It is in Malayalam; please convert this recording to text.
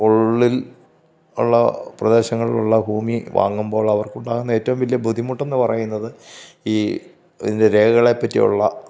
ഉള്ളില് ഉള്ള പ്രദേശങ്ങളിലുള്ള ഭൂമി വാങ്ങുമ്പോള് അവര്ക്കുണ്ടാവുന്ന ഏറ്റവും വലിയ ബുദ്ധിമുട്ടെന്ന് പറയുന്നത് ഈ ഇതിന്റെ രേഖകളേപ്പറ്റി ഉള്ള